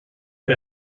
per